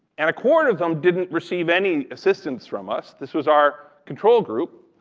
and a quarter of them didn't receive any assistance from us. this was our control group.